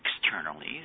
externally